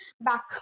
back